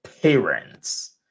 parents